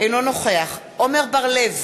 אינו נוכח עמר בר-לב,